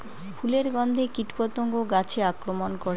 ফুলের গণ্ধে কীটপতঙ্গ গাছে আক্রমণ করে?